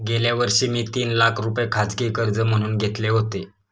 गेल्या वर्षी मी तीन लाख रुपये खाजगी कर्ज म्हणून घेतले होते